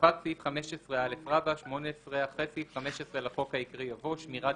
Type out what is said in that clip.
הוספת סעיף 15א 18. אחרי סעיף 15 לחוק העיקרי יבוא: "שמירת